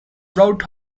brought